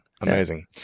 Amazing